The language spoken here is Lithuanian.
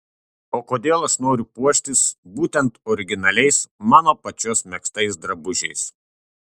o kodėl aš noriu puoštis būtent originaliais mano pačios megztais drabužiais